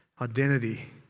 Identity